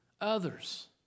others